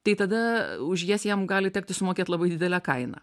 tai tada už jas jam gali tekti sumokėt labai didelę kainą